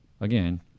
again